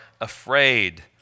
afraid